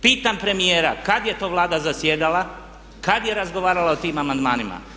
Pitam premijera kada je to Vlada zasjedala, kada je razgovarala o tim amandmanima?